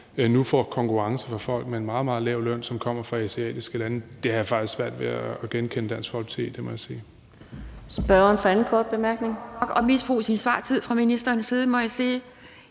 nu får konkurrence fra folk med en meget, meget lav løn, som kommer fra asiatiske lande. Det har jeg faktisk svært ved at genkende Dansk Folkeparti i; det må jeg sige.